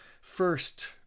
first